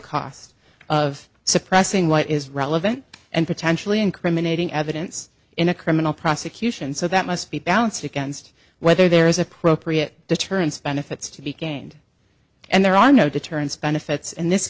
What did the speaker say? cost of suppressing what is relevant and potentially incriminating evidence in a criminal prosecution so that must be balanced against whether there is appropriate deterrence benefits to be gained and there are no deterrents benefits in this